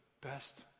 best